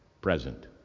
present